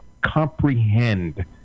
comprehend